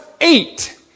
eight